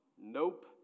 Nope